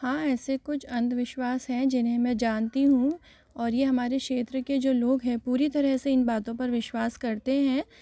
हाँ ऐसे कुछ अंधविश्वास हैं जिन्हे मैं जानती हूँ और ये हमारे क्षेत्र के जो लोग है पूरी तरह से इन बातों पर विश्वास करते हैं